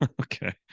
Okay